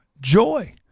joy